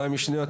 40 שניות,